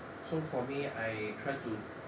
so for me I try to